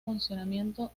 funcionamiento